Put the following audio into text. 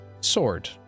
sword